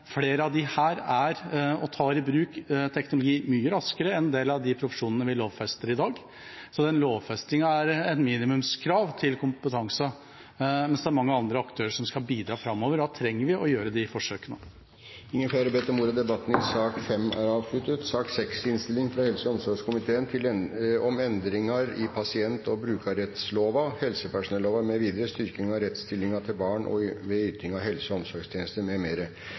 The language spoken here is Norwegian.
flere av disse i bruk teknologi mye raskere enn en del av de profesjonene vi lovfester i dag. Lovfestingen er et minimumskrav til kompetanse, mens det er mange andre aktører som skal bidra framover. Da trenger vi å gjøre disse forsøkene. Flere har ikke bedt om ordet til sak nr. 5. Etter ønske fra helse- og omsorgskomiteen vil presidenten foreslå at taletiden blir begrenset til 5 minutter til hver partigruppe og 5 minutter til medlemmer av regjeringen. Videre vil presidenten foreslå at det – innenfor den fordelte taletid – blir gitt anledning til inntil fem replikker med